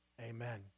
amen